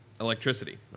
electricity